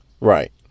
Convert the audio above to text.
right